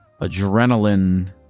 adrenaline